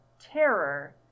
terror